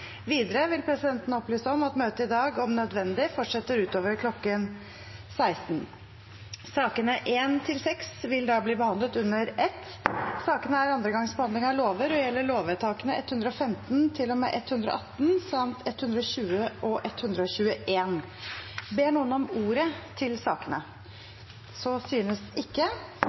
Videre vil presidenten opplyse om at møtet i dag om nødvendig fortsetter utover kl. 16. Sakene nr. 1–6 vil bli behandlet under ett. Ingen har bedt om ordet. Stortinget går da til votering over sakene nr. 1–6 på dagens kart. Sakene nr. 1–6 er andre gangs behandling av lovsaker og gjelder lovvedtakene 115–118 samt 120–121. Det foreligger ingen forslag til